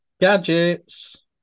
gadgets